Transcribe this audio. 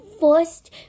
first